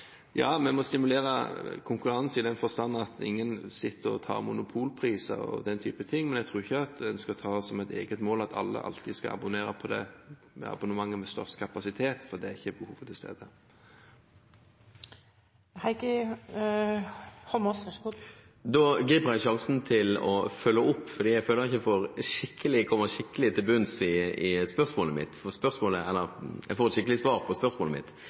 vi må stimulere til konkurranse, i den forstand at ingen tar monopolpriser – den type ting. Men jeg tror ikke en skal ha som et eget mål at alle alltid skal abonnere på abonnementet med størst kapasitet, for det behovet er ikke til stede. Jeg griper sjansen til å følge opp, fordi jeg føler jeg ikke har fått et skikkelig svar på spørsmålet mitt. Jeg er selvsagt helt enig i at vi ikke skal tvinge hele Norges befolkning til å velge det dyreste bredbåndet som finnes. Det handler spørsmålet mitt